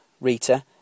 Rita